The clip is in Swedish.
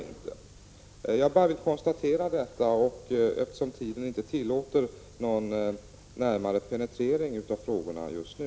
Jag vill bara konstatera detta, eftersom tiden inte tillåter någon närmare penetrering av frågorna just nu.